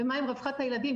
ומה עם רווחת הילדים,